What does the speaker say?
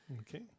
Okay